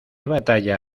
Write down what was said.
batalla